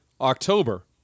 October